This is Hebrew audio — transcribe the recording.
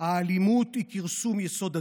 "אלימות היא כרסום יסוד הדמוקרטיה".